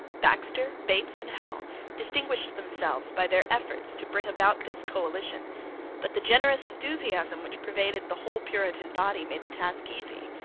baxter, bates, and howe distinguished themselves by their efforts to bring about this coalition but the generous enthusiasm which pervaded the whole puritan body made the task easy.